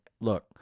Look